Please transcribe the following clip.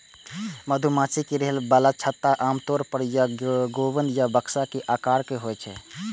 मधुमाछी के रहै बला छत्ता आमतौर पर या तें गुंबद या बक्सा के आकारक होइ छै